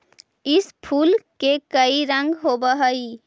इस फूल के कई रंग होव हई